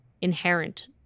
inherent